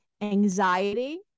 anxiety